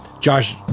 Josh